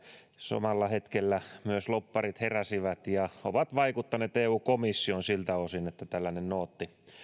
samalla hetkellä myös lobbarit heräsivät ja ovat vaikuttaneet eu komissioon siltä osin että tällainen nootti meille